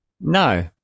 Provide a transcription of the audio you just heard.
No